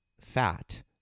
fat